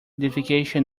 identification